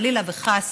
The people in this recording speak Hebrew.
חלילה וחס,